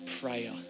prayer